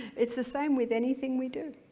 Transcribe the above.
it's the same with anything we do.